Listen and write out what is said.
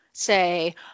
say